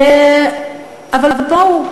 אה, אבל בואו,